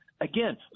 Again